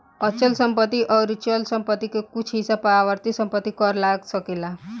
अचल संपत्ति अउर चल संपत्ति के कुछ हिस्सा पर आवर्ती संपत्ति कर लाग सकेला